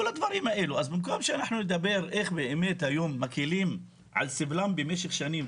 אז במקום שנדבר איך מקלים על סבלם במשך שנים,